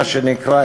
מה שנקרא,